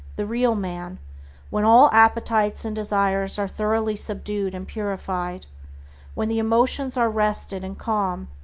the real man when all appetites and desires are thoroughly subdued and purified when the emotions are rested and calm,